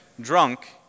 drunk